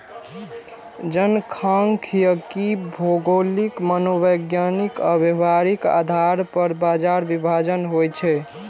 जनखांख्यिकी भौगोलिक, मनोवैज्ञानिक आ व्यावहारिक आधार पर बाजार विभाजन होइ छै